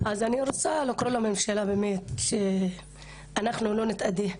אז אני רוצה לקרוא לממשלה באמת, שאנחנו לא נתאדה,